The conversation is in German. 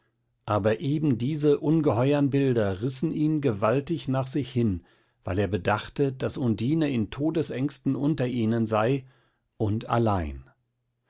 aber eben diese ungeheuern bilder rissen ihn gewaltig nach sich hin weil er bedachte daß undine in todesängsten unter ihnen sei und allein